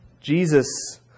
Jesus